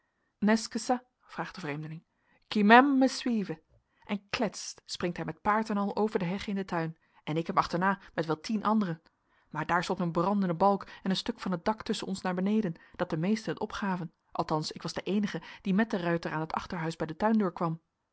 vraagt de vreemdeling qui m'aime me suive en klets springt hij met paard en al over de hegge in den tuin en ik hem achterna met wel tien anderen maar daar stort een brandende balk en een stuk van het dak tusschen ons naar beneden dat de meesten het opgaven althans ik was de eenige die met den ruiter aan t achterhuis bij de